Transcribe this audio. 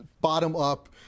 bottom-up